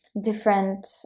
different